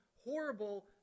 horrible